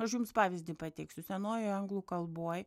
aš jums pavyzdį pateiksiu senojoj anglų kalboj